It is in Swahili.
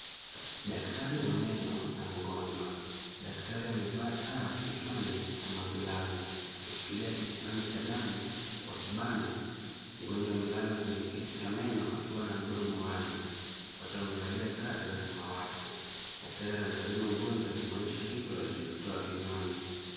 Daktari wa meno na mgonjwa. Daktari amevaa taa kichwani ama glavu akishikilia kijipande cha damu kwa kibano. Mgonjwa amelala kwenye kiti cha meno akiwa na mdomo wazi. Wote wamevalia sare za samawati. Daktari anamtazama mgonjwa akimuonyesha kitu alichokitoa kinywani.